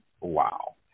Wow